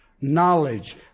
Knowledge